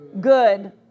good